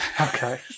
Okay